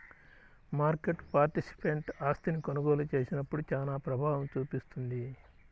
market participant ఆస్తిని కొనుగోలు చేసినప్పుడు చానా ప్రభావం చూపిస్తుంది